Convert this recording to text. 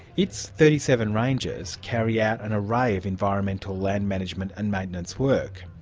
its thirty seven rangers carry out an array of environmental land management and maintenance work.